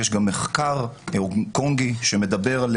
יש גם מחקר מהונג-קונג שמדבר על